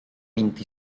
vint